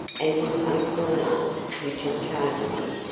and his uncle and aunt, who took charge of him,